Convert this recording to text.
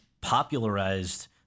popularized